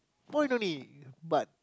point only but